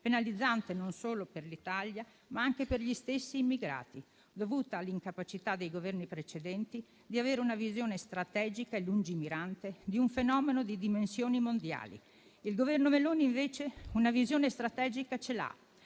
penalizzante non solo per l'Italia, ma anche per gli stessi immigrati, dovuta all'incapacità dei Governi precedenti di avere una visione strategica e lungimirante di un fenomeno di dimensioni mondiali. Il Governo Meloni, invece, una visione strategica ce l'ha.